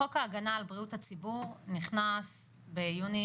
חוק ההגנה על בריאות הציבור נכנס ביוני